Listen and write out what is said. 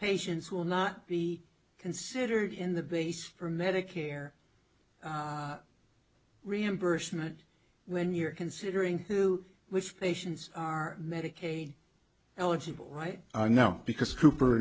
patients will not be considered in the base for medicare reimbursement when you're considering to which patients are medicaid eligible right now because cooper